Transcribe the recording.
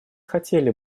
хотели